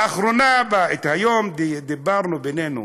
לאחרונה, היום דיברנו בינינו,